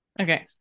Okay